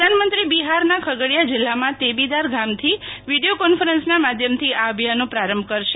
પ્રધાનમંત્રી બિહારના ખગડીયા જિલ્લામાં તેબીદાર ગામથી વિડીયો કોન્ફરન્સના માધ્યમથી આ અભિયાનનો પ્રારંભ કરશે